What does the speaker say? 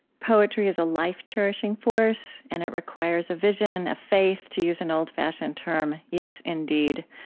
poetry is a life-cherishing force. and it requires a vision a faith, to use an old-fashioned term. yes, indeed.